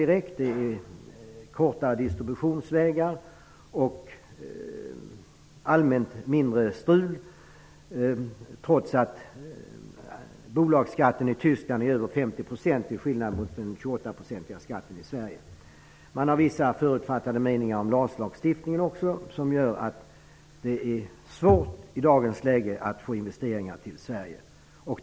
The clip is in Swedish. Där är det korta distributionsvägar och allmänt mindre strul, trots att bolagsskatten i Tyskland är över 50 %, till skillnad mot 28 % här i Sverige. Man har också vissa förutfattade meningar om lagstiftningen i LAS, som gör att det är svårt att i dagens läge få investeringar till Sverige.